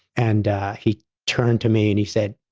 and he turned to me and he said,